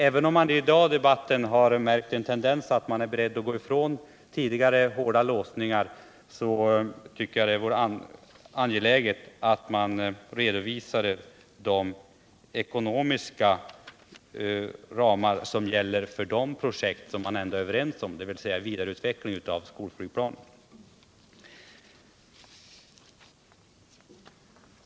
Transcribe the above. Även om man i dagens debatt har märkt en tendens till att socialdemokraterna är beredda att gå ifrån tidigare lösningar, tycker jag att det vore angeläget att man redovisade de kostnader som gäller för de projekt som man ändå bundit sig för, dvs. vidareutveckling av skolflygplan och A 20.